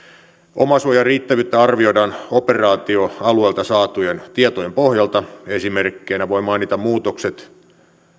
omasuojan riittävyyttä arvioidaan operaatioalueelta saatujen tietojen pohjalta esimerkkeinä voin mainita muutokset